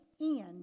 end